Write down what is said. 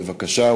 בבקשה,